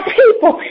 people